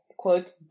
quote